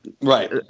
Right